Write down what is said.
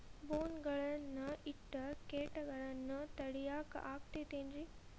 ಬೋನ್ ಗಳನ್ನ ಇಟ್ಟ ಕೇಟಗಳನ್ನು ತಡಿಯಾಕ್ ಆಕ್ಕೇತೇನ್ರಿ?